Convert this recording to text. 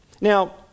Now